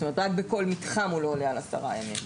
זאת אומרת, רק בכל מתחם הוא לא עולה על עשרה ימים.